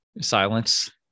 silence